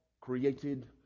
created